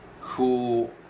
cool